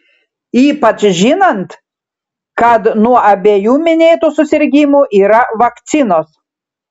ypač žinant kad nuo abiejų minėtų susirgimų yra vakcinos